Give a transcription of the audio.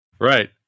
Right